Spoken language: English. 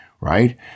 right